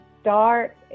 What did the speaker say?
start